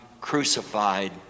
crucified